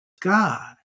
God